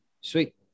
sweet